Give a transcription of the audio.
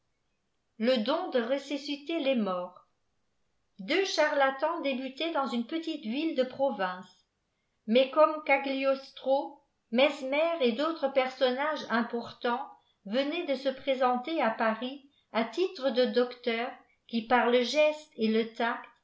le don de ressusciter les morts deux charlatans débutaient dans une petite ville de province mais comme gagliostrov mesmer et d'autres personnages importants venaient de se prrésenter à paris à titre de docteurs qui par le geste et le tact